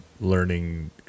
learning